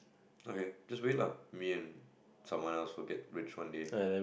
okay just wait lah me and someone else will get rich one day